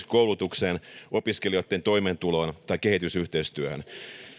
koulutukseen opiskelijoitten toimeentuloon tai kehitysyhteistyöhön